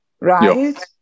right